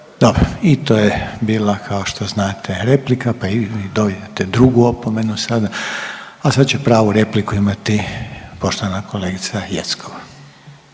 Dobro i to je bila kao što znate replika pa i vi dobijate drugu opomenu sada, a sad će pravu repliku imati poštovana kolegica Jeckov.